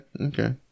okay